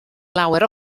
lawer